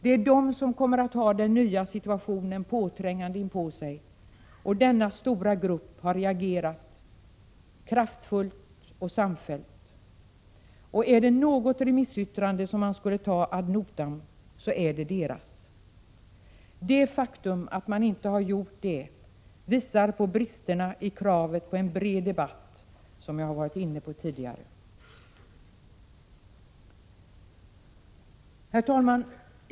Det är de som kommer att ha den nya situationen påträngande inpå sig, och denna stora grupp har reagerat kraftfullt och samfällt. Om det är något remissyttrande som skulle tas ad notam är det deras. Det faktum att man inte har gjort det visar på bristerna i kravet på en bred debatt, som jag har varit inne på — Prot. 1986/87:117 tidigare. 6 maj 1987 Herr talman!